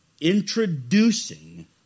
introducing